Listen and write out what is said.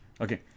Okay